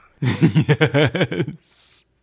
Yes